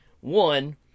one